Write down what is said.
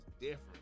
different